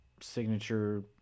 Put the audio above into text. signature